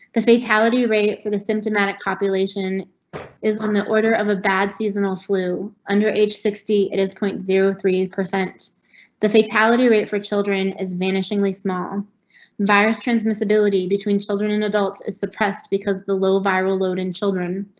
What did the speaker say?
the fatality rate for the symptomatic population is on the order of a bad seasonal flu. underage sixty it is point zero three the fatality rate for children is vanishingly small virus transmissibility between children and adults is suppressed because the low viral load in children,